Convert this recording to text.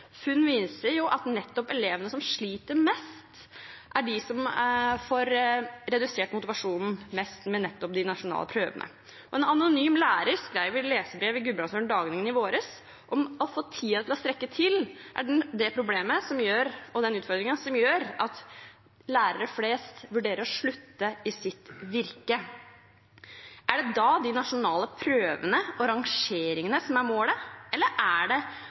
Funn viser at nettopp elevene som sliter mest, er de som får redusert motivasjonen mest med de nasjonale prøvene. En anonym lærer skrev et leserbrev i Gudbrandsdølen Dagningen i vår om at å få tiden til å strekke til er det problemet og den utfordringen som gjør at lærere flest vurderer å slutte i sitt virke. Er det da de nasjonale prøvene og rangeringene som er målet? Eller er det